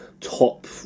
top